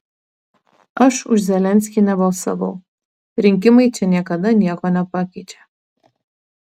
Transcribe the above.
aš už zelenskį nebalsavau rinkimai čia niekada nieko nepakeičia